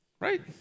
Right